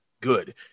good